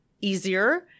easier